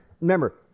Remember